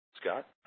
Scott